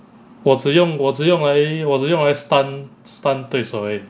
我只用我只用来我只用来 stun stun 对手而已